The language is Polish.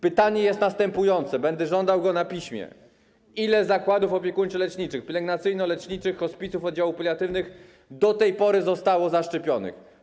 Pytanie jest następujące, będę żądał odpowiedzi na piśmie: Ile zakładów opiekuńczo-leczniczych, pielęgnacyjno-leczniczych, hospicjów, oddziałów paliatywnych do tej pory zostało zaszczepionych?